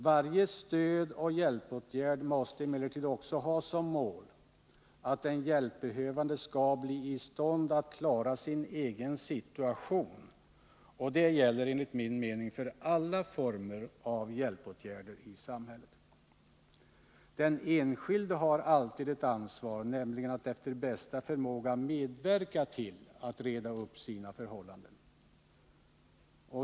Varje stödoch hjälpåtgärd måste emellertid ha som mål att den hjälpbehövande skall bli i stånd att klara sin egen situation. Det gäller för alla former av hjälpåtgärder i samhället. Den enskilde har alltid ett ansvar, nämligen att efter bästa förmåga medverka till att reda upp sina förhållanden.